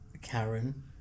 karen